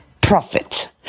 profit